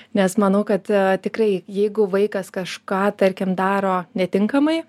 nes manau kad tikrai jeigu vaikas kažką tarkim daro netinkamai